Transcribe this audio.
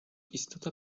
istota